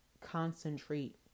concentrate